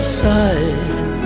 side